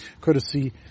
courtesy